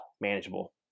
manageable